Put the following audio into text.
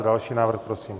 Další návrh, prosím.